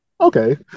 okay